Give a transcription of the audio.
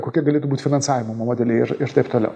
kokie galėtų būt finansavimo modeliai ir ir taip toliau